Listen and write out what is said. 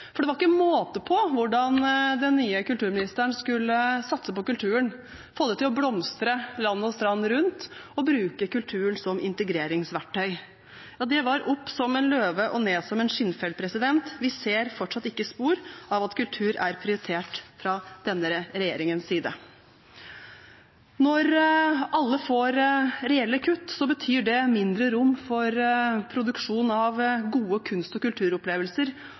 For det var ikke måte på hvordan den nye kulturministeren skulle satse på kulturen, få det til å blomstre land og strand rundt og bruke kulturen som integreringsverktøy. Det var opp som en løve og ned som en skinnfell. Vi ser fortsatt ikke spor av at kultur er prioritert fra denne regjeringens side. Når alle får reelle kutt, betyr det mindre rom for produksjon av gode kunst- og kulturopplevelser